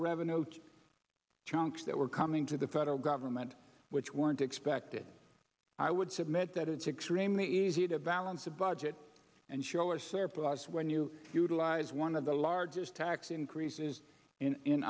revenue chunks that were coming to the federal government which weren't expected i would submit that it's extremely easy to balance a budget and show or surplus when you utilize one of the largest tax increases in